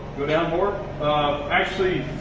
go down more actually,